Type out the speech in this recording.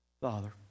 Father